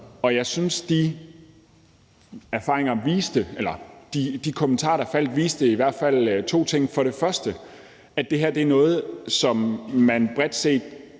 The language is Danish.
og jeg synes, at de kommentarer, der faldt, i hvert fald viste to ting. Det første er, at det her er noget, som man bredt set